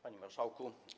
Panie Marszałku!